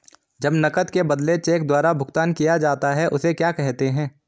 जब नकद के बदले चेक द्वारा भुगतान किया जाता हैं उसे क्या कहते है?